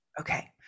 Okay